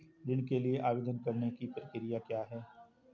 ऋण के लिए आवेदन करने की प्रक्रिया क्या है?